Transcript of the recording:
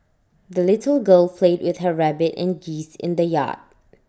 the little girl played with her rabbit and geese in the yard